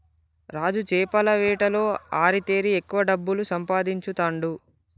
రాజు చేపల వేటలో ఆరితేరి ఎక్కువ డబ్బులు సంపాదించుతాండు